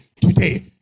today